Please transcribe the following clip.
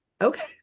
Okay